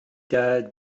der